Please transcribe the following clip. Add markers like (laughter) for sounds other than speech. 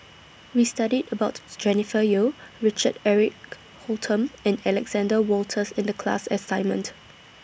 We studied about (noise) Jennifer Yeo (noise) Richard Eric Holttum and Alexander Wolters in The class assignment